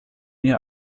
ihr